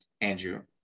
Andrew